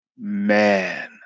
man